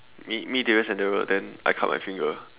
me me Darius and Daryl then I cut my finger